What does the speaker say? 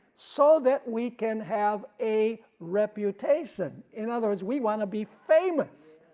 so that we can have a reputation, in other words we want to be famous.